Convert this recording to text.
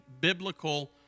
biblical